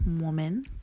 woman